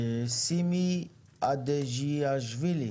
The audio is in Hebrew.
שימי אדזיאשווילי